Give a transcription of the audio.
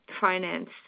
Finance